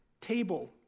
table